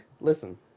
Listen